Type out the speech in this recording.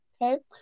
Okay